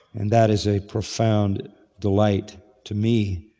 and that is a profound delight to me.